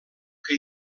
que